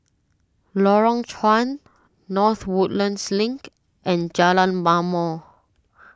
Lorong Chuan North Woodlands Link and Jalan Ma'mor